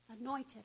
anointed